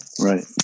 Right